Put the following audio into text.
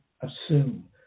assume